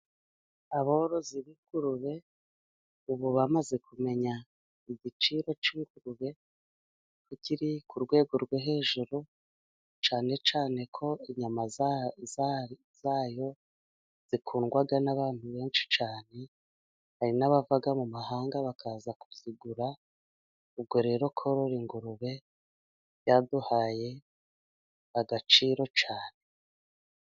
Aborozi b'ingurube ubu bamaze, kumenya igiciro k'ingurube, ko kiri ku rwego rwo hejuru, cyane cyane ko inyama zayo, zikundwa n'abantu benshi cyane, hari n'abava mu mahanga bakaza kuzigura, ubwo rero korora ingurube, byaduhaye agaciro cyane.